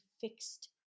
fixed